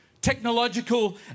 technological